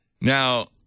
Now